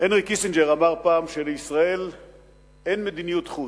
הנרי קיסינג'ר אמר פעם שלישראל אין מדיניות חוץ,